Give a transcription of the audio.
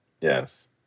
Yes